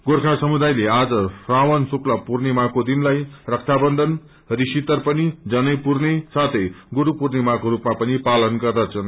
गोर्खा समुदायले आज श्रावण शुक्ल पूग्रिमाको दिनलाइ रक्षा बन्धन ऋशितर्पशी जनै पूर्णे साथै गुरू पूर्णिमाको रूपमा पनि पालन गर्दछन्